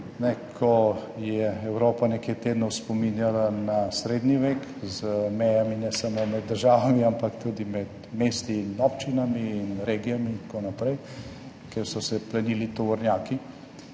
ko je Evropa nekaj tednov spominjala na srednji vek z mejami ne samo med državami, ampak tudi med mesti in občinami in regijami, in tako naprej, kjer so se plenili tovornjaki